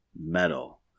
Metal